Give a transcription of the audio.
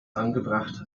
angebracht